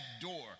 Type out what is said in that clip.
door